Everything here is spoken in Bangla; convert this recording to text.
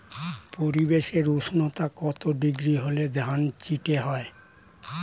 পরিবেশের উষ্ণতা কত ডিগ্রি হলে ধান চিটে হয়?